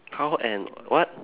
how and what